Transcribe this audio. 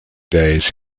days